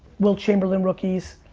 wilt chamberlain rookies.